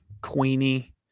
Queenie